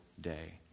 day